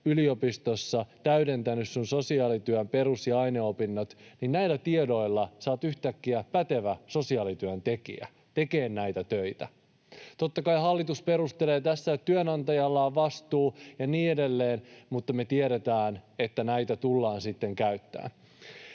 yliopistossa täydentänyt sosiaalityön perus- ja aineopinnot, niin näillä tiedoilla olet yhtäkkiä pätevä sosiaalityöntekijä tekemään näitä töitä. Totta kai hallitus perustelee tässä, että työnantajalla on vastuu ja niin edelleen, mutta me tiedetään, että näitä tullaan sitten käyttämään.